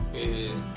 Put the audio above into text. a